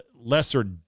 lesser